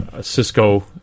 Cisco